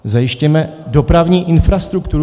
Zajistěme dopravní infrastrukturu.